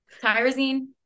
Tyrosine